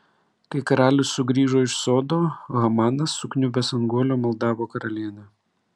kai karalius sugrįžo iš sodo hamanas sukniubęs ant guolio maldavo karalienę